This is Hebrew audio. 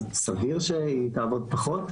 סביר שהיא תעבוד פחות,